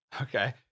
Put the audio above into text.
Okay